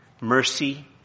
mercy